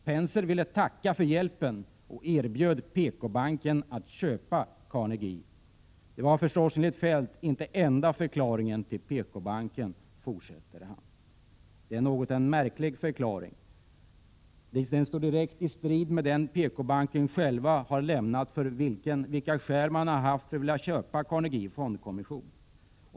— Penser ville "tacka för hjälpen” och erbjöd PKbanken att köpa Carnegie. Det var förstås, enligt Feldt, inte enda förklaringen till att PKbanken köper Carnegie.” Detta är en något märklig förklaring, som direkt står i strid med de skäl PKbanken har angivit för att vilja köpa Carnegie Fondkommission.